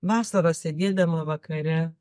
vasarą sėdėdama vakare